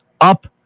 up